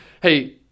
hey